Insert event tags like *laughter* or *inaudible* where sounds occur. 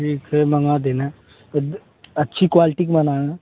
ठीक है मंगा देना *unintelligible* अच्छी क्वालिटी के मंगाना